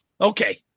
Okay